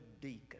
deacon